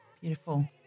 Beautiful